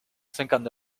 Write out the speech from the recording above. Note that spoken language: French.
cinquante